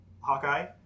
Hawkeye